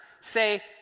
say